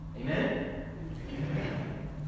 Amen